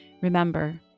Remember